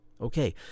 Okay